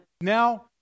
now